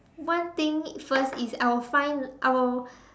one thing first is I will find I will